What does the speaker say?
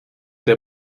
der